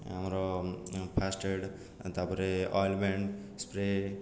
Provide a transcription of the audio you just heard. ଆମର ଫାଷ୍ଟେଡ଼୍ ତାପରେ ointment spray